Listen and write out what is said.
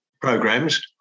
programs